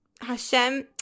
Hashem